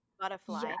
butterfly